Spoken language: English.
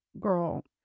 Girl